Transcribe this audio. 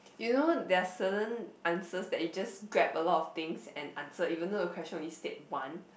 you know there're certain answers that you just grab a lot of things and answer even though the questions only state once